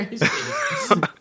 crazy